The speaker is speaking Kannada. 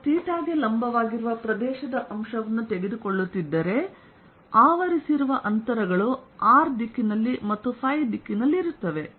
ನಾನು ಥೀಟಾ ಗೆ ಲಂಬವಾಗಿರುವ ಪ್ರದೇಶದ ಅಂಶವನ್ನು ತೆಗೆದುಕೊಳ್ಳುತ್ತಿದ್ದರೆ ಆವರಿಸಿರುವ ಅಂತರಗಳು r ದಿಕ್ಕಿನಲ್ಲಿ ಮತ್ತು ಫೈ ದಿಕ್ಕಿನಲ್ಲಿರುತ್ತವೆ